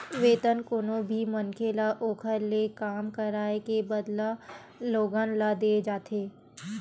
वेतन कोनो भी मनखे ल ओखर ले काम कराए के बदला लोगन ल देय जाथे